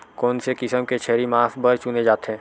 कोन से किसम के छेरी मांस बार चुने जाथे?